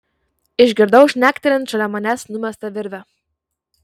išgirdau žnektelint šalia manęs numestą virvę